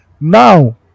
Now